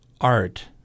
art